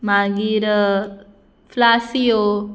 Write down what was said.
मागीर फ्लासियो